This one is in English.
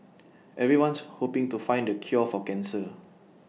everyone's hoping to find the cure for cancer